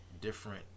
different